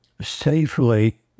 safely